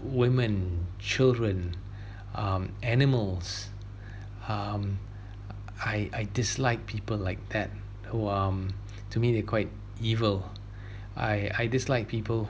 women children um animals um I I dislike people like that who um to me they're quite evil I I dislike people